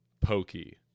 Pokey